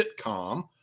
sitcom